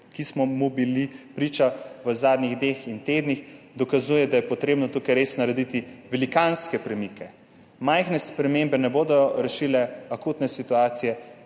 ki smo mu bili priča v zadnjih dneh in tednih, dokazuje, da je potrebno tukaj res narediti velikanske premike. Majhne spremembe ne bodo rešile akutne situacije,